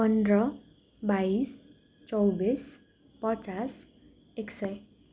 पन्ध्र बाइस चौबिस पचास एक सय